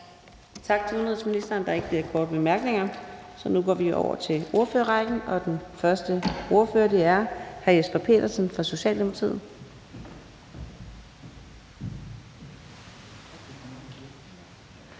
Tak til udenrigsministeren. Der er ikke flere korte bemærkninger, så nu går vi over til ordførerrækken. Den første ordfører er hr. Jesper Petersen fra Socialdemokratiet.